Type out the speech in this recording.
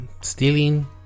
stealing